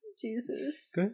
Jesus